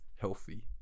healthy